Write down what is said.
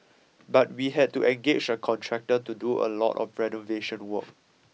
but we had to engage a contractor to do a lot of renovation work